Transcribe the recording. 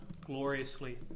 gloriously